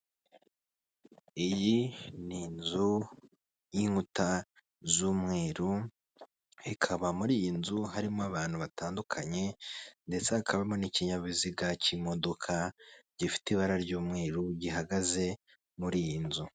Iyi ni inzu y'inkuta z'umweru ikaba muri iyi nzu harimo abantu batandukanye ndetse hakabamo n'ikinyabiziga cy'imodoka gifite ibara ry'umweru gihagaze muri iyi nzu.